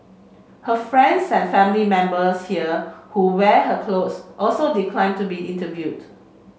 her friends and family members here who wear her clothes also declined to be interviewed